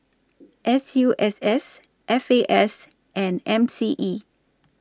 S U S S F A S and M C E